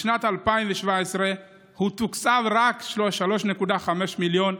בשנת 2017 הוא תוקצב רק ב-3.5 מיליון.